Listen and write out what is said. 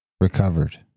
Recovered